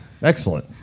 Excellent